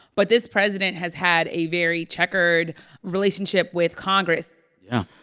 but this president has had a very checkered relationship with congress yeah.